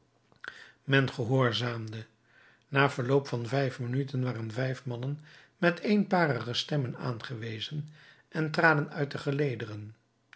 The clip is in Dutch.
men gehoorzaamde na verloop van vijf minuten waren vijf man met eenparige stemmen aangewezen en traden uit de gelederen